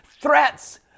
Threats